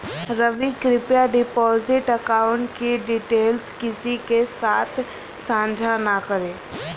रवि, कृप्या deposit account की details किसी के साथ सांझा न करें